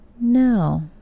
No